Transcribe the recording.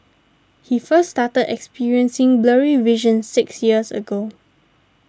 he first started experiencing blurry vision six years ago